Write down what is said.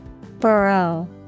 Burrow